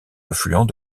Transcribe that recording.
affluent